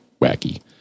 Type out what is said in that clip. wacky